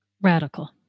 radical